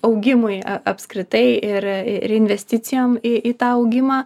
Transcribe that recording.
augimui apskritai ir ir investicijom į tą augimą